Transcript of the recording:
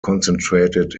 concentrated